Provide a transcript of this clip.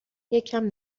یکم